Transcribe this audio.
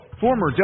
former